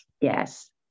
yes